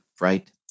right